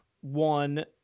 one